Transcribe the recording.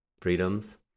freedoms